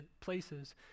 places